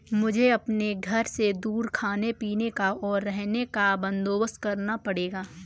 मुझे अपने घर से दूर खाने पीने का, और रहने का बंदोबस्त करना पड़ेगा